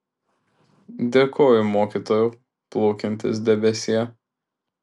dėkoju mokytojau plaukiantis debesie